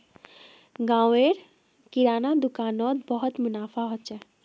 गांव र किराना दुकान नोत बहुत मुनाफा हो छे